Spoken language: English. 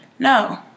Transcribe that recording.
No